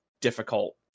difficult